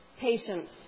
patience